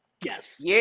Yes